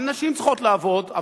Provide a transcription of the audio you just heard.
גם נשים צריכות לעבוד,